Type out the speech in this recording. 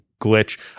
glitch